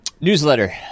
Newsletter